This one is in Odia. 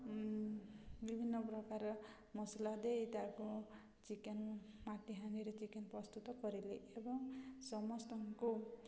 ବିଭିନ୍ନ ପ୍ରକାର ମସଲା ଦେଇ ତାକୁ ଚିକେନ୍ ମାଟି ହାଣ୍ଡିରେ ଚିକେନ୍ ପ୍ରସ୍ତୁତ କରିଲି ଏବଂ ସମସ୍ତଙ୍କୁ